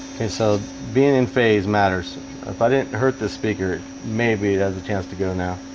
so being in phase matters if i didn't hurt the speaker maybe that's a chance to go now